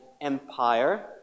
empire